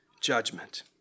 judgment